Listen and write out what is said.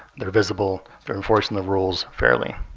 they're visible, they're enforcing the rules fairly.